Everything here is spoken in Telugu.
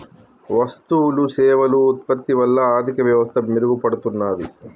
వస్తువులు సేవలు ఉత్పత్తి వల్ల ఆర్థిక వ్యవస్థ మెరుగుపడుతున్నాది